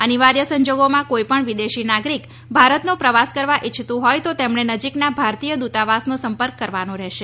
અનિવાર્ય સંજોગોમાં કોઈપણ વિદેશી નાગરિક ભારતનો પ્રવાસ કરવા ઈચ્છતુ હોય તો તેમણે નજીકના ભારતીય દ્રતાવાસનો સંપર્ક કરવાનો રહેશે